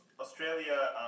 Australia